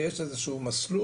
ויש איזה שהוא מסלול,